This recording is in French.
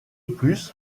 plus